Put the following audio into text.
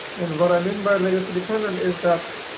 and what i mean by legacy dependent is that